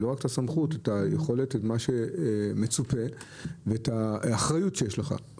ולא רק את הסמכות אלא את מה שמצופה ואת האחריות שלך,